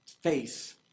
face